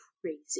crazy